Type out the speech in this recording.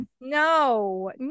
No